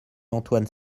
antoine